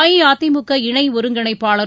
அஇஅதிமுக இணை ஒருங்கிணைப்பாளரும்